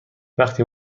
وقتی